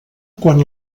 quan